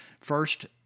First